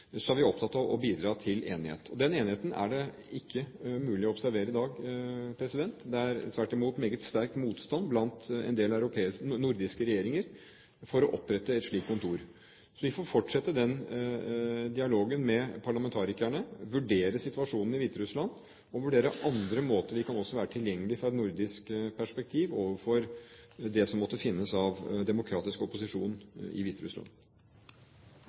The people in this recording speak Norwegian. så mange mangler, og som bør få klare signaler om hva som skal til for at landet kan tiltre internasjonale organisasjoner, er vi opptatt av å bidra til enighet. Den enigheten er det ikke mulig å observere i dag. Det er tvert imot meget sterk motstand blant en del nordiske regjeringer mot å opprette et slikt kontor. Vi får fortsette dialogen med parlamentarikerne, vurdere situasjonen i Hviterussland og vurdere andre måter vi kan være tilgjengelig på – fra et nordisk perspektiv – overfor det som